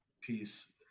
piece